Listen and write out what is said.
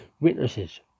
witnesses